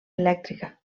elèctrica